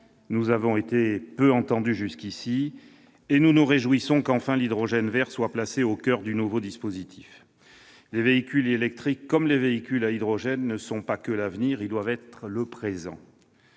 Nous avons été peu entendus jusqu'à présent, et nous nous réjouissons qu'enfin l'hydrogène vert soit placé au coeur du nouveau dispositif. Les véhicules électriques et les véhicules à hydrogène ne sont pas seulement l'avenir ; ils doivent être le présent.